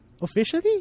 officially